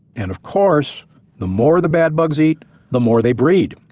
and of course the more the bad bugs eat the more they breed.